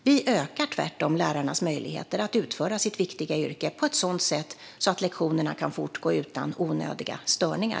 Vi ökar tvärtom lärarnas möjligheter att utföra sitt viktiga yrke på ett sådant sätt att lektionerna kan fortgå utan onödiga störningar.